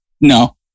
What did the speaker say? No